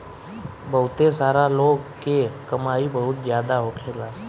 बहुते सारा लोग के कमाई बहुत जादा होखेला